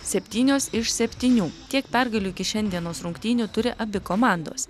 septynios iš septynių tiek pergalių iki šiandienos rungtynių turi abi komandos